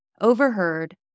overheard